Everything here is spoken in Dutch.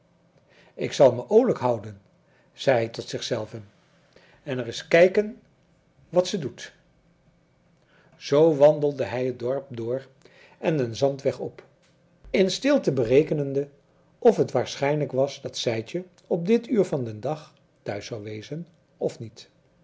ik zal me oolijk houen zei hij tot zichzelven en reis kijken wat ze doet zoo wandelde hij het dorp door en den zandweg op in stilte berekenende of het waarschijnlijk was dat sijtje op dit uur van den dag thuis zou wezen of niet